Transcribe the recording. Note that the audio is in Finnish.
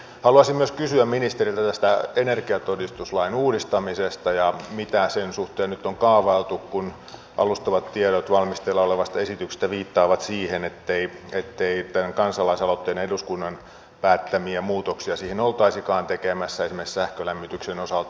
haluaisin myös kysyä ministeriltä tästä energiatodistuslain uudistamisesta ja siitä mitä sen suhteen nyt on kaavailtu kun alustavat tiedot valmisteilla olevasta esityksestä viittaavat siihen ettei tämän kansalaisaloitteen ja eduskunnan päättämiä muutoksia siihen oltaisikaan tekemässä esimerkiksi sähkölämmityksen osalta